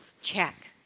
Check